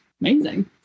Amazing